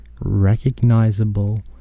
recognizable